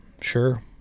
Sure